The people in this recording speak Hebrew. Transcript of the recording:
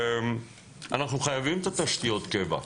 אנחנו חייבים את תשתיות הקבע.